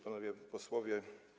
Panowie Posłowie!